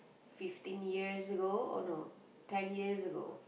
fifteen years ago oh no ten years ago